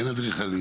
אין אדריכלים?